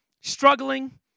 struggling